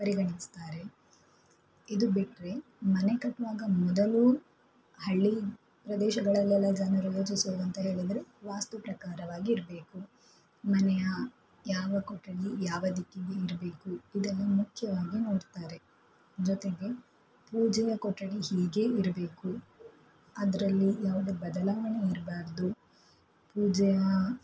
ಪರಿಗಣಿಸ್ತಾರೆ ಇದು ಬಿಟ್ಟರೆ ಮನೆ ಕಟ್ಟುವಾಗ ಮೊದಲು ಹಳ್ಳಿ ಪ್ರದೇಶಗಳಲ್ಲೆಲ್ಲ ಜನರು ಯೋಚಿಸುವುದಂತ ಹೇಳಿದರೆ ವಾಸ್ತು ಪ್ರಕಾರವಾಗಿರಬೇಕು ಮನೆಯ ಯಾವ ಕೊಠಡಿ ಯಾವ ದಿಕ್ಕಿಗೆ ಇರಬೇಕು ಇದನ್ನು ಮುಖ್ಯವಾಗಿ ನೋಡ್ತಾರೆ ಜೊತೆಗೆ ಪೂಜೆಯ ಕೊಠಡಿ ಹೀಗೇ ಇರಬೇಕು ಅದರಲ್ಲಿ ಯಾವುದೇ ಬದಲಾವಣೆ ಇರಬಾರದು ಪೂಜೆಯ